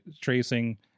tracing